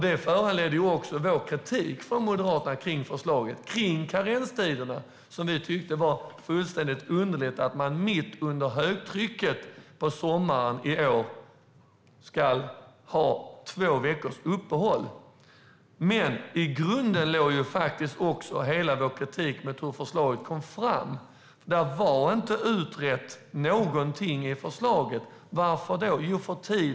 Det föranledde också kritik från oss i Moderaterna mot förslaget i fråga om karenstiderna. Vi tyckte att det var fullständigt underligt att mitt under högtrycket på sommaren i år ha två veckors uppehåll. I grunden låg också hela vår kritik mot hur förslaget kom fram. Ingenting i förslaget var utrett. Varför inte?